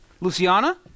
Luciana